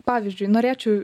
pavyzdžiui norėčiau